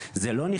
זה לא תא לחץ,